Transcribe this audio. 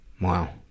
Wow